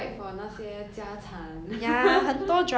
oh okay that's the end of it